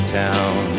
town